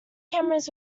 cameras